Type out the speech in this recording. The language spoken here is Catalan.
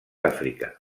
àfrica